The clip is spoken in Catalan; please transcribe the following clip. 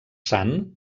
san